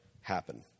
happen